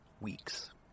weeks